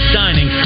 dining